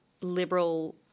liberal